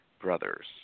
brothers